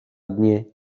dnie